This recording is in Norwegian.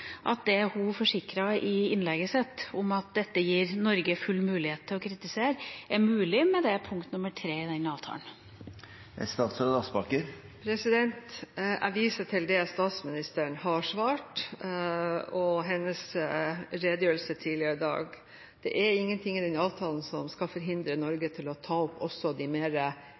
at det hun forsikret om i innlegget sitt – at dette gir Norge full mulighet til å kritisere – er mulig med punkt nr. 3 i avtalen? Jeg viser til det statsministeren har svart, og hennes redegjørelse tidligere i dag. Det er ingenting i den avtalen som skal forhindre Norge i å ta opp også de